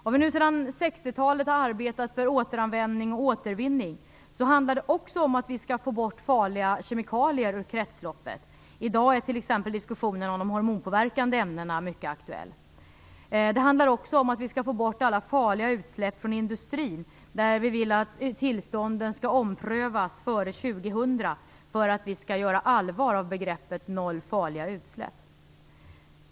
Om vi nu sedan 60-talet har arbetat för återanvändning och återvinning, handlar det också om att vi skall få bort farliga kemikalier ur kretsloppet. I dag är t.ex. diskussionen om de hormonpåverkande ämnena mycket aktuell. Det handlar också om att vi skall få bort alla farliga utsläpp från industrin, där vi vill att tillstånden skall omprövas före år 2000, för att vi skall göra allvar av begreppet Noll farliga utsläpp.